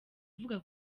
ivuga